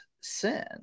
sin